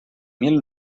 mil